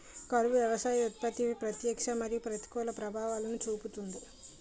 కరువు వ్యవసాయ ఉత్పత్తిపై ప్రత్యక్ష మరియు ప్రతికూల ప్రభావాలను చూపుతుంది